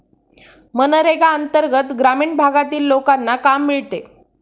मनरेगा अंतर्गत ग्रामीण भागातील लोकांना काम मिळते